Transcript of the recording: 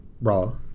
Raw